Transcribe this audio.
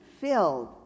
filled